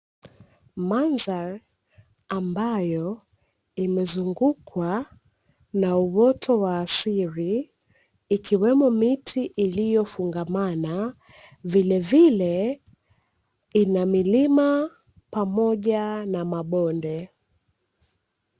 Mandhari ambayo imezungukwa na uoto wa asili ikiwemo miti iliyofungamana vilevile ina milima pamoja na mabonde.